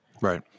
Right